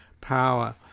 power